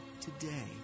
today